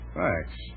Thanks